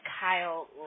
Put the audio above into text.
Kyle